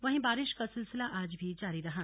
वहीं बारिश का सिलसिला आज भी जारी रहा